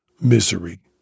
misery